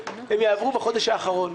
הם יעברו בחודש האחרון,